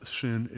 sin